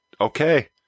okay